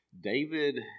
David